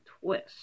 twist